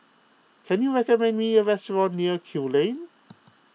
can you recommend me a restaurant near Kew Lane